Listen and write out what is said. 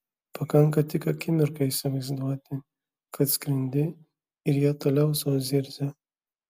pakanka tik akimirką įsivaizduoti kad skrendi ir jie toliau sau zirzia